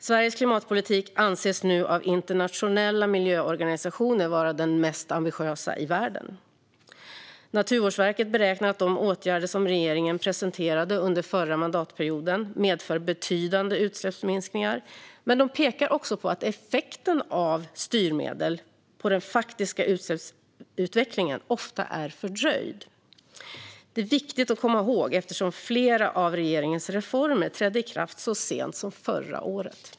Sveriges klimatpolitik anses nu av internationella miljöorganisationer vara den mest ambitiösa i världen. Naturvårdsverket beräknar att de åtgärder som regeringen presenterade under förra mandatperioden medför betydande utsläppsminskningar, men de pekar också på att effekten av styrmedel på den faktiska utsläppsutvecklingen ofta är fördröjd. Detta är viktigt att komma ihåg eftersom flera av regeringens reformer trädde i kraft så sent som förra året.